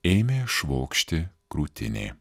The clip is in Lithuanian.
ėmė švokšti krūtinė